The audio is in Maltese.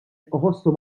iħossu